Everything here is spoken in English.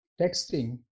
texting